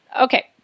Okay